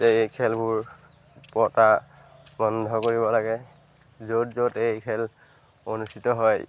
যে এই খেলবোৰ পতা বন্ধ কৰিব লাগে য'ত য'ত এই খেল অনুষ্ঠিত হয়